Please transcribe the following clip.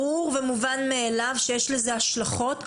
ברור ומובן מאליו שיש לזה השלכות,